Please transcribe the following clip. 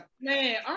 Man